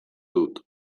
dut